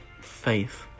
faith